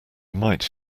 might